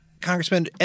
Congressman